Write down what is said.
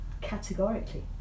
categorically